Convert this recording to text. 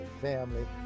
family